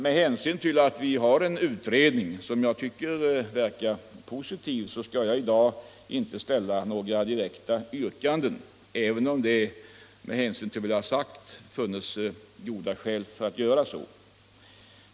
På grund av att det finns en arbetande utredning, som jag tycker verkar vara positiv, skall jag i dag inte framställa några direkta yrkanden, även om det med hänsyn till vad jag har sagt skulle ha funnits goda skäl för att göra så.